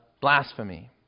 blasphemy